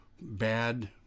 bad